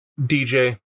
DJ